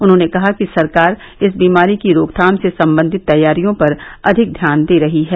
उन्होंने कहा कि सरकार इस बीमारी की रोकथाम से संबंधित तैयारियों पर अधिक ध्यान दे रही है